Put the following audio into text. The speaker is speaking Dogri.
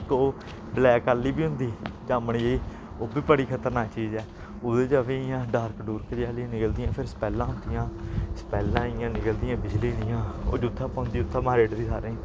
ओह् ब्लैक आह्ली बी होंदी जामन जेही ओह् बी बड़ी खतरनाक चीज ऐ ओह्दे च बी इ'यां डार्क डुरक आह्लियां निकलदियां फिर स्पैलां होंदियां स्पैल्लां इ'यां निकलदियां बिजली दियां ओह् जित्थै पौंदी उत्थै मारी ओड़दी सारें गी